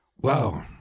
Wow